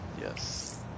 Yes